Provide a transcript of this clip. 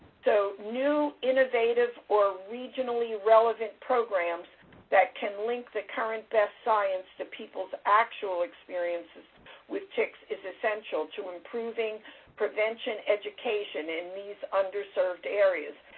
so, new, innovative, or regionally relevant programs that can link the current best science to people's experiences with ticks is essential to improving prevention education in these underserved areas.